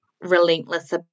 relentless